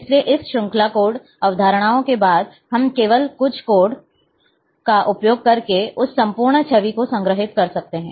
इसलिए इस श्रृंखला कोड अवधारणाओं के बाद हम केवल कुछ कोड का उपयोग करके उस संपूर्ण छवि को संग्रहीत कर सकते हैं